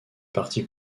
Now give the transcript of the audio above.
parti